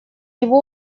его